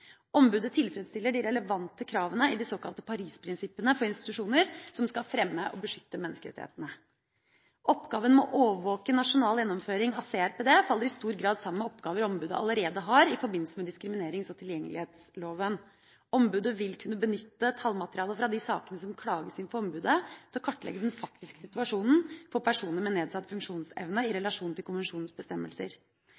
Ombudet tilfredsstiller de relevante kravene i de såkalte Paris-prinsippene for institusjoner, som skal fremme og beskytte menneskerettighetene. Oppgaven med å overvåke nasjonal gjennomføring av CRPD faller i stor grad sammen med oppgaver ombudet allerede har i forbindelse med diskriminerings- og tilgjengelighetsloven. Ombudet vil kunne benytte tallmateriale fra de sakene som klages inn for ombudet, til å kartlegge den faktiske situasjonen for personer med nedsatt funksjonsevne i